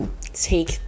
take